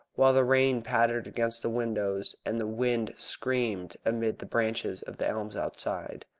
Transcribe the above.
while the rain pattered against the windows, and the wind screamed amid the branches of the elms outside.